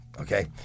Okay